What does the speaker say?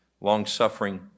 long-suffering